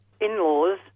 in-laws